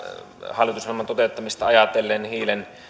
hallitusohjelman toteuttamista ajatellen hiilen